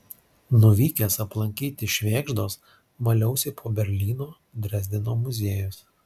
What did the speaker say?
nuvykęs aplankyti švėgždos maliausi po berlyno drezdeno muziejus